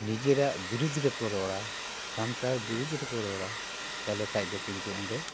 ᱱᱤᱡᱮᱨᱟᱜ ᱵᱤᱨᱩᱫᱽ ᱨᱮᱠᱚ ᱨᱚᱲᱟ ᱥᱟᱱᱛᱟᱲ ᱵᱤᱨᱩᱫᱽ ᱨᱮᱠᱚ ᱨᱚᱲᱟ ᱛᱟᱦᱚᱞᱮ ᱠᱷᱟᱱ ᱫᱚ ᱠᱤᱱᱛᱩ ᱚᱸᱰᱮ